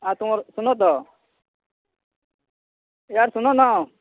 ଆର୍ ତୁମର ଶୁନତ ଇଆଡ଼େ ଶୁନନା